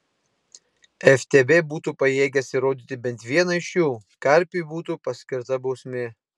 ftb būtų pajėgęs įrodyti bent vieną iš jų karpiui būtų paskirta bausmė